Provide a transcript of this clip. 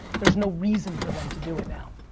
there's no reason for them to do it now.